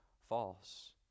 false